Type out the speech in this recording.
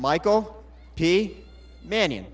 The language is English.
michael p manny